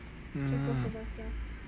mm